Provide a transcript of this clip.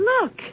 Look